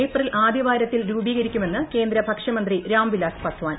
April ആദൃവാരത്തിൽ രൂപീകരിക്കുമെന്ന് കേന്ദ്ര ഭക്ഷ്യമന്ത്രി രാംവിലാസ് പസ്വാൻ